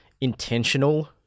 intentional